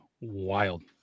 wild